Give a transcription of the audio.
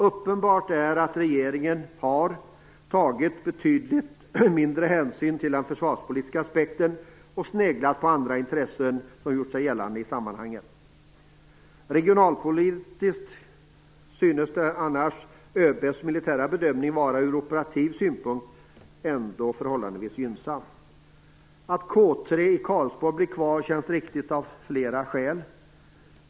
Uppenbart är att regeringen har tagit betydligt mindre hänsyn till den försvarspolitiska aspekten och mer sneglat på andra intressen som har gjort sig gällande i sammanhanget. Regionalpolitiskt synes Överbefälhavarens militära bedömning ur operativ synpunkt ändå vara förhållandevis gynnsam. Att K 3 i Karlsborg blir kvar känns riktigt av flera skäl.